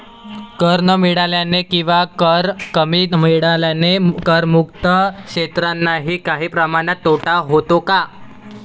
कर न मिळाल्याने किंवा कर कमी मिळाल्याने करमुक्त क्षेत्रांनाही काही प्रमाणात तोटा होतो का?